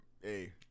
Hey